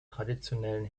traditionellen